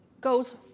goes